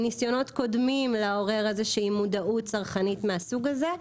בניסיונות קודמים לעורר איזושהי מודעות צרכנית מהסוג הזה.